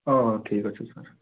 ହଁ ହଁ ଠିକ୍ ଅଛି ସାର୍